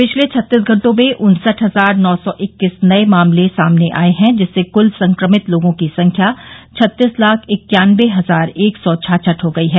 पिछले छत्तीस घंटों में उन्सठ हजार नौ सौ इक्कीस नए मामले सामने आए हैं जिससे कुल संक्रमित लोगों की संख्या छत्तीस लाख इक्यानयबे हजार एक सौ छांछठ हो गई है